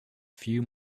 few